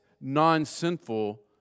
non-sinful